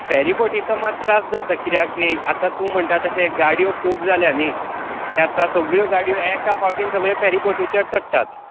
फॅरिबोटीचो मात त्रास जाता किद्याक की आतां तूं म्हणटा तशें गाडयो खूब जाल्यां न्ही तें आतां सगळ्यो गाडयो एका पावटीन सगळ्यो फॅरी बोटीचेर चडटात